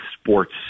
sports